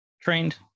trained